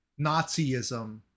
nazism